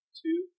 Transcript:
two